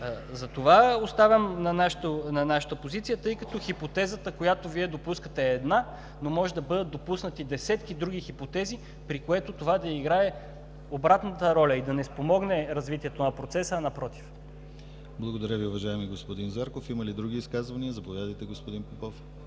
Затова оставам на нашата позиция, тъй като хипотезата, която Вие допускате е една, но може да бъдат допуснати десетки други хипотези, при което това да играе обратната роля и да не спомогне развитието на процеса, а напротив. ПРЕДСЕДАТЕЛ ДИМИТЪР ГЛАВЧЕВ: Благодаря Ви, уважаеми господин Зарков. Има ли други изказвания? Заповядайте, господин Попов.